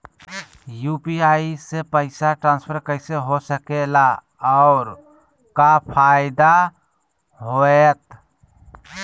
UPI से पैसा transfer कैसे हो सके ला और का फायदा होएत?